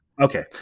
Okay